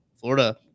Florida